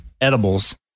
edibles